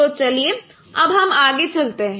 तो चलिए अब हम आगे चलते हैं